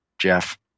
Jeff